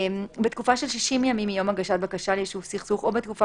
בתקופה של 60 ימים מיום הגשת בקשה ליישוב סכסוך או בתקופה